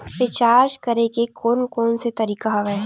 Recharge करे के कोन कोन से तरीका हवय?